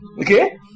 Okay